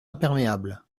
imperméable